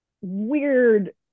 weird